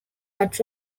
but